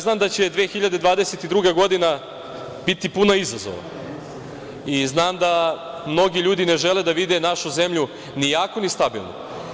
Znam da će 2022. godina biti puna izazova i znam da mnogi ljudi ne žele da vide našu zemlju ni jaku ni stabilnu.